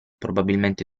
probabilmente